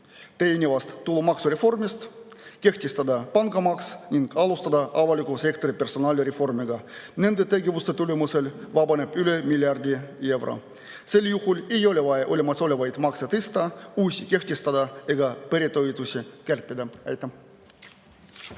teenivast tulumaksureformist, kehtestada pangamaks ning alustada avalikus sektoris personalireformi. Nende tegevuste tulemusel vabaneks üle miljardi euro. Sel juhul ei oleks vaja olemasolevaid makse tõsta, uusi kehtestada ega peretoetusi kärpida. Aitäh!